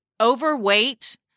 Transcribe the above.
overweight